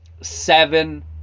seven